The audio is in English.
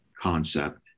concept